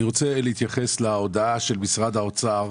אני רוצה להתייחס להודעה של משרד האוצר.